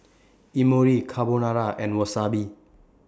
Imoni Carbonara and Wasabi